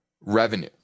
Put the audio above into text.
revenue